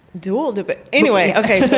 dual debate anyway okay.